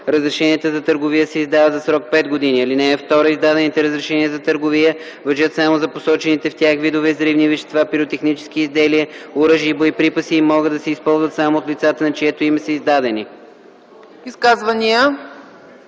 Разрешенията за търговия се издават за срок 5 години. (2) Издадените разрешения за търговия важат само за посочените в тях видове взривни вещества, пиротехнически изделия, оръжия и боеприпаси, и могат да се използват само от лицата, на чието име са издадени.”